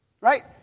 Right